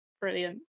Brilliant